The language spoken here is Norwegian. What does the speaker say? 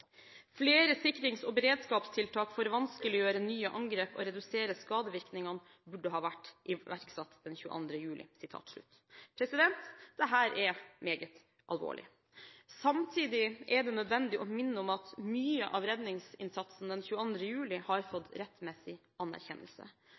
sikrings- og beredskapstiltak for å vanskeliggjøre nye angrep og redusere skadevirkningene burde ha vært iverksatt 22/7.» Dette er meget alvorlig. Samtidig er det nødvendig å minne om at mye av redningsinnsatsen den 22. juli har